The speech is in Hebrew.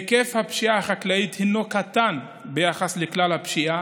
היקף הפשיעה החקלאית הוא קטן ביחס לכלל הפשיעה.